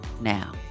now